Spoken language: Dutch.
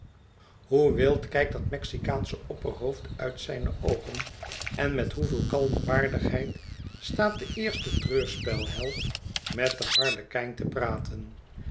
hoe wild kijkt dat mexicaansche opperhoofd uit zijne oogen en met hoeveel kalme waardigheid staat de eerste treurspel held met den harlekijn te praten